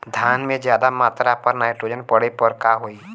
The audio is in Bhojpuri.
धान में ज्यादा मात्रा पर नाइट्रोजन पड़े पर का होई?